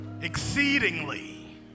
Exceedingly